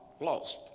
lost